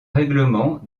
règlement